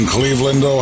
Cleveland